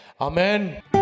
Amen